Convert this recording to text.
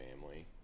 family